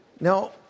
Now